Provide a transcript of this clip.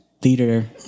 theater